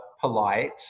polite